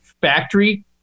factory-